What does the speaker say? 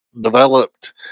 developed